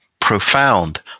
profound